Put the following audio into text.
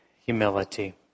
humility